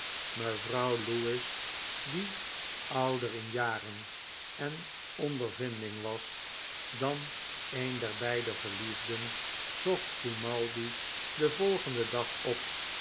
mevrouw lewis die ouder in jaren en in ondervinding was dan een der beide verliefden zocht grimaldi den volgenden dag op